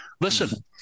Listen